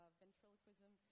ventriloquism